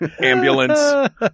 ambulance